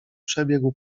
przebiegł